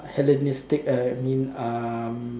Hellenistic uh I mean um